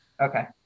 Okay